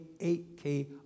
8K